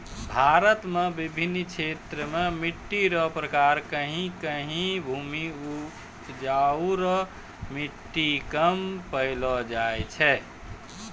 भारत मे बिभिन्न क्षेत्र मे मट्टी रो प्रकार कहीं कहीं भूमि उपजाउ रो मट्टी कम पैलो जाय छै